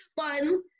fun